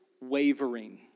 wavering